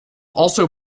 also